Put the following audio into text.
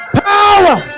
power